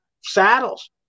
saddles